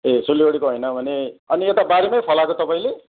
ए सिलगढी होइन भने अनि यता बारीमै फलाएको तपाईँले